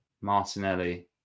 martinelli